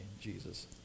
Jesus